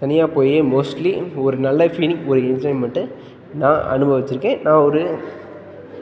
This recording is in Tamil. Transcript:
தனியாகப் போய் மோஸ்ட்லி ஒரு நல்ல ஃபீலிங் ஒரு என்ஜாய்ன்மெண்டை நான் அனுபவிச்சுருக்கேன் நான் ஒரு